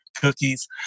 cookies